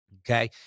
Okay